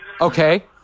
Okay